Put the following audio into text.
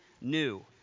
new